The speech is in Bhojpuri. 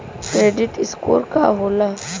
क्रेडीट स्कोर का होला?